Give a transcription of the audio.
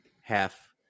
half